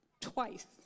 Twice